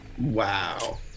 Wow